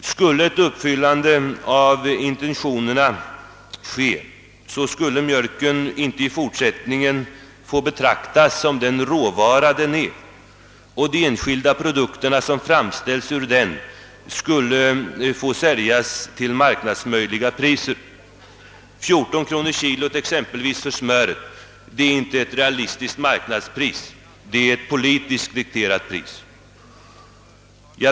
Skulle intentionerna förverkligas får mjölken i fortsättningen inte betraktas som den råvara den är, och de enskilda produkter som framställs ur den skulle få säljas till marknadsmöjliga priser. Ett kilopris på 14 kronor för smör är inte ett realistiskt marknadspris — det är ett politiskt dikterat pris.